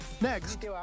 Next